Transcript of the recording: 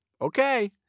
Okay